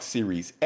Series